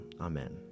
Amen